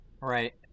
right